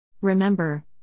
Remember